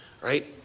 right